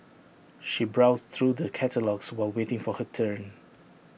she browsed through the catalogues while waiting for her turn